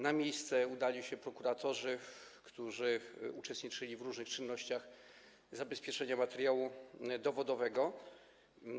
Na miejsce udali się prokuratorzy, którzy uczestniczyli w różnych czynnościach zabezpieczających materiał dowodowy.